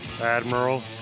Admiral